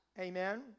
Amen